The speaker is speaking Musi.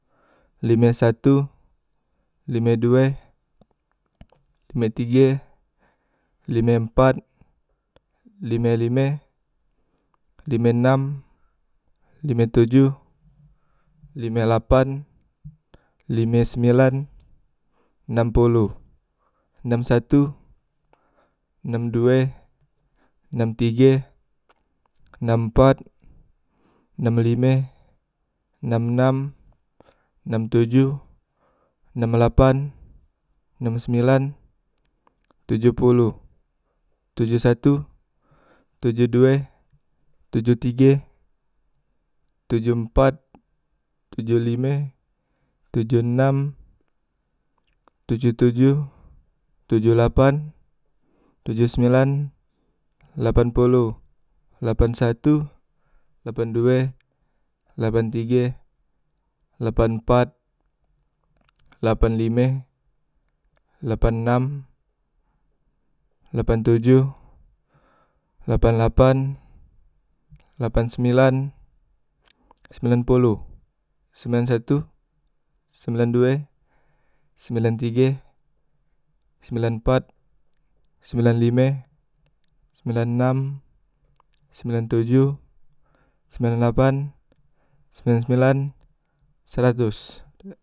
Lime satu, lime due, lime tige, lime empat, lime lime, lime enam, lime tojoh, lime lapan, lime sembilan, enam poloh, enam satu, enam due, enam tige, enam empat, enam lime, enam enam, enam tojoh, enam lapan, enam sembilan, tojoh poloh, tojoh satu, tojoh due, tojoh tige, tojoh empat, tojoh lime, tojoh enam, tojoh tojoh, tojoh lapan, tojoh sembilan, lapan poloh, lapan satu, lapan due, lapan tige, lapan empat, lapan lime, lapan enam, lapan tojoh, lapan lapan, lapan sembilan, sembilan poloh, sembilan satu, sembilan due, sembilan tige, sembilan empat, sembilan lime, sembilan enam, sembilan tojoh, sembilan lapan, sembilan sembilan, seratos.